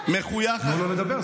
תנו לו לדבר,